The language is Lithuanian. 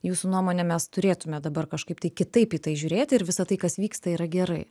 jūsų nuomone mes turėtume dabar kažkaip tai kitaip į tai žiūrėti ir visa tai kas vyksta yra gerai